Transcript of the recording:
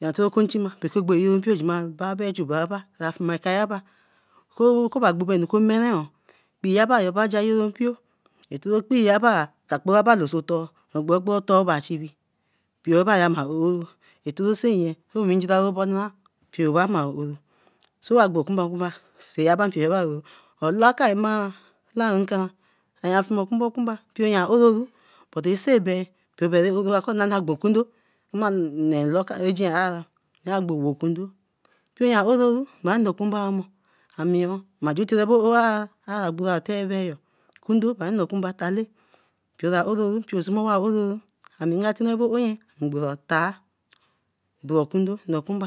yan ko chima bae benju bra bai afuma kaiba akoba bonju ko emere kpii aba ba layo mpio etoro kpi yaba ka kparaba lo so tor agbo gbo otor ba chibi. Mpio aba eba oro wa gbo wokundo ororu tin okunba ami oo ma ju terebe oroa. okundo bra okunba